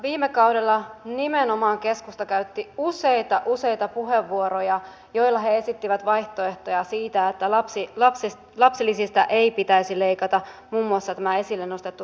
viime kaudella nimenomaan keskusta käytti useita useita puheenvuoroja joissa he esittivät vaihtoehtoja siitä että lapsi ja siis lapsilisistä leikkaamiselle muun muassa tämä esille nostettu tupakkavero